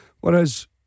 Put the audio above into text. Whereas